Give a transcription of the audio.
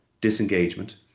disengagement